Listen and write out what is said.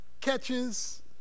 catches